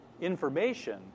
information